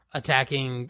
attacking